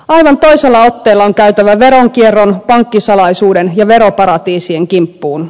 aivan toisella otteella on käytävä veronkierron pankkisalaisuuden ja veroparatiisien kimppuun